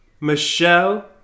Michelle